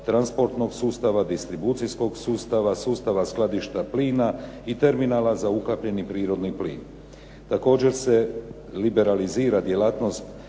transportnog sustava, distribucijskog sustava, sustava skladišta plina i terminala za ukapljeni prirodni plin. Također se liberalizira djelatnost